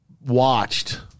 watched